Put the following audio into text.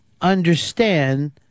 understand